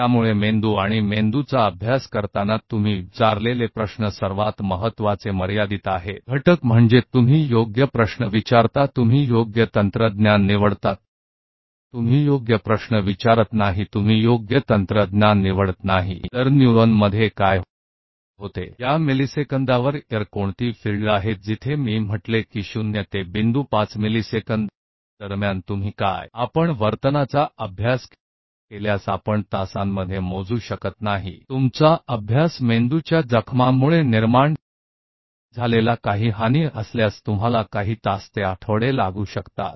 इसलिए मस्तिष्क और मस्तिष्क का अध्ययन करने के दौरान आप जो सवाल पूछते हैं वह सबसे महत्वपूर्ण सीमित कारक है जो आप सही प्रश्न पूछते हैं आप सही तकनीक चुनते हैं आप सही प्रश्न नहीं पूछते हैं आप सही तकनीक नहीं चुनते हैं यदि एक न्यूरॉन में जो ठीक होता है उसमें इस मिलीसेकेंड पर दूसरे क्षेत्रों क्या होता है जहां मैंने कहा था कि 05 मिलीसेकंड के बीच आप जो नहीं कर सकते हैं आप घंटों में मापते हैं आपका साधन घंटों में कुछ बेकार करता है यदि आप व्यवहार का अध्ययन कर रहे हैं तो आपको घंटों लग सकते हैं